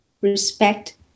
respect